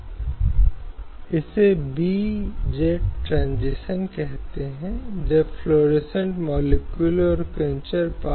तो मुद्दा यह है कि निर्देश सिद्धांतों के अनुच्छेद 44 ने इस राज्य की आवश्यकता को एक समान कोड निर्धारित करने के लिए रखा है जब यह व्यक्तिगत मामलों की बात आती है